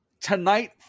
tonight